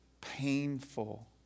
painful